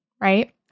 right